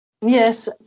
Yes